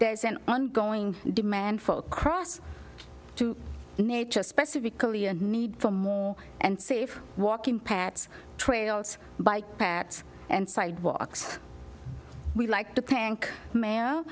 there's an ongoing demand for cross to nature specifically a need for more and safe walking paths trails bike paths and sidewalks we like to thank ma